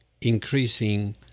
increasing